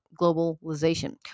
globalization